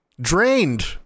drained